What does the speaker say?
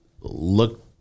look